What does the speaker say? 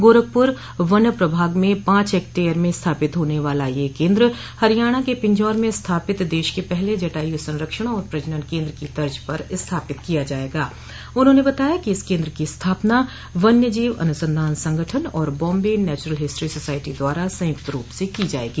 गारखपुर वन प्रभाग में पांच हेक्टेयर में स्थापित होने वाला यह केन्द्र हरियाणा के पिंजौर में स्थापित देश क पहले जटायू संरक्षण और प्रजनन केन्द्र की तर्ज पर स्थापित किया जायेगा उन्होंने बताया कि इस केन्द्र की स्थापना वन्य जीव अनुसंधान संगठन और बाम्बे नेचुरल हिस्ट्री सोसायटी द्वारा संयुक्त रूप से की जायेगी